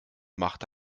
machte